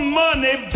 money